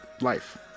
life